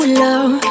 love